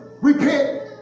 Repent